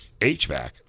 HVAC